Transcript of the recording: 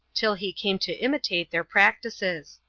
till he came to imitate their practices.